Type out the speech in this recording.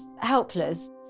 helpless